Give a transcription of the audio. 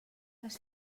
les